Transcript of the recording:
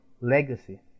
legacy